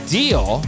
deal